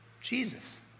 Jesus